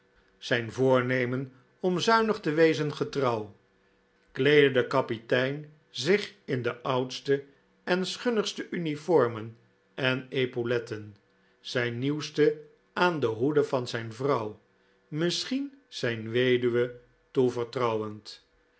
zijn voornemen om zuinig te wezen getrouw kleedde de kapitein zich in de oudste en schunnigste uniform en epauletten zijn nieuwste aan de hoede van zijn vrouw misschien zijn weduwe toevertrouwend